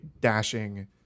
dashing